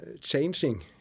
changing